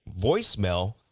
voicemail